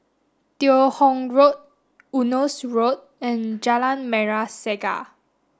Teo Hong Road Eunos Road and Jalan Merah Saga